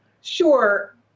Sure